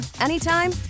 anytime